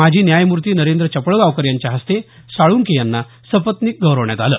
माजी न्यायमूर्ती नरेंद्र चपळगावकर यांच्या हस्ते साळूंके यांना सपत्नीक गौरव करण्यात आला